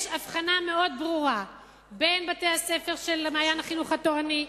יש הבחנה מאוד ברורה בין בתי-הספר של "מעיין החינוך התורני",